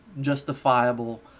justifiable